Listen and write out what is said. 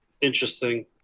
interesting